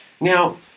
Now